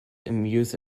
amuse